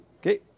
Okay